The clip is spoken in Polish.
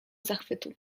zachwytu